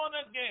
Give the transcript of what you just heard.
again